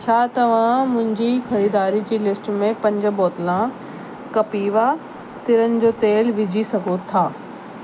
छा तव्हां मुंहिंजी ख़रीदारी जी लिस्ट में पंज बोतलां कपिवा तिरनि जो तेलु विझी सघो था